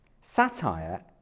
Satire